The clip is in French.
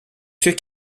ceux